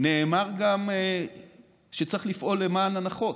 נאמר גם שצריך לפעול למען הנחות,